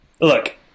Look